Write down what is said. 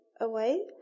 away